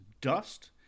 dust